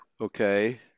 Okay